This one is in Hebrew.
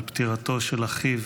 על פטירתו של אחיו